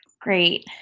great